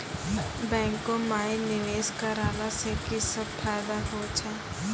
बैंको माई निवेश कराला से की सब फ़ायदा हो छै?